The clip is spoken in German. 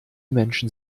menschen